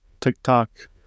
TikTok